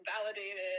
validated